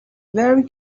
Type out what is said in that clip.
very